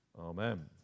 Amen